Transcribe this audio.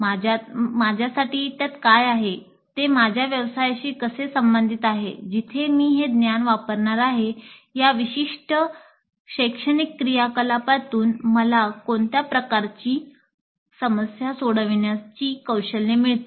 'माझ्यासाठी त्यात काय आहे ते माझ्या व्यवसायाशी कसे संबंधित आहे जिथे मी हे ज्ञान वापरणार आहे या विशिष्ट शैक्षणिक क्रियाकलापातून मला कोणत्या प्रकारची समस्या सोडवण्याची कौशल्ये मिळतील